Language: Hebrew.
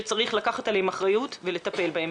שצריך לקחת עליהם אחריות ולטפל בהם,